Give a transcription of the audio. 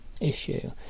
Issue